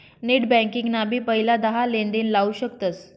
net banking ना भी पहिला दहा लेनदेण लाऊ शकतस